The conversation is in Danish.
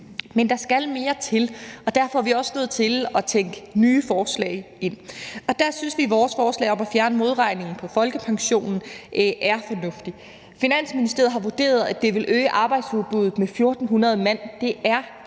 Men der skal mere til, og derfor er vi også nødt til at tænke nye forslag ind, og der synes vi, at vores forslag om at fjerne modregningen på folkepensionen er fornuftigt. Finansministeriet har vurderet, at det vil øge arbejdsudbuddet med 1.400 mand, og det er ganske